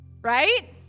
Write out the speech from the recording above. Right